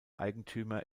eigentümer